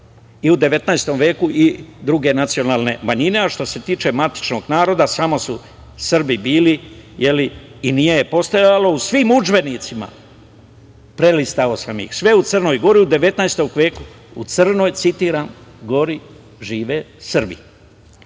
i u 19. veku i druge nacionalne manjine, a što se tiče matičnog naroda samo su Srbi bili, je li i nije je postojalo u svim udžbenicima, prelistavao sam ih sve u Crnoj Gori u 19. veku u Crnoj, citiram – Gori žive Srbi. Niko